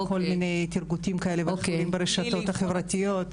כל מיני תרגוטים כאלה ואחרים ברשתות החברתיות.